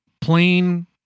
plain